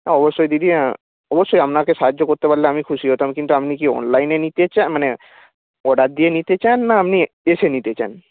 অবশ্যই দিদি অবশ্যই আপনাকে সাহায্য করতে পারলে আমি খুশি হতাম কিন্তু আপনি কি অনলাইনে নিতে মানে অর্ডার দিয়ে নিতে চান না আপনি এসে নিতে চান